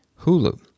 Hulu